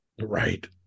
Right